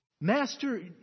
Master